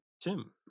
tim